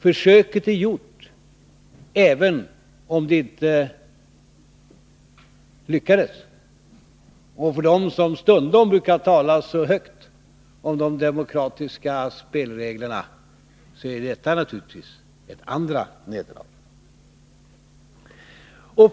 Försöket är gjort, även om det inte lyckades. För dem som stundom brukar tala så högt om de demokratiska spelreglerna är detta naturligtvis ett andra nederlag.